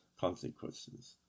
consequences